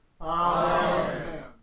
Amen